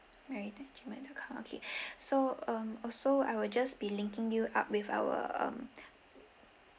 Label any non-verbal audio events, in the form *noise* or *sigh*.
right *noise* okay so um also I will just be linking you up with our um